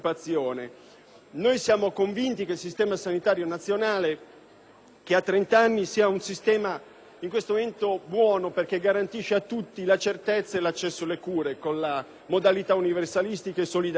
Siamo convinti che il sistema sanitario nazionale, che ha 30 anni di vita, sia al momento un buon sistema perché garantisce a tutti la certezza e l'accesso alle cure, con la modalità universalistica e solidaristica;